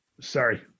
Sorry